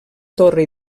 torre